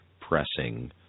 pressing